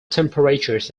temperatures